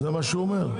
זה מה שהוא אומר.